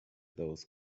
those